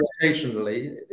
occasionally